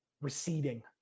receding